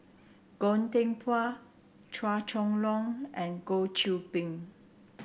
Goh Teck Phuan Chua Chong Long and Goh Qiu Bin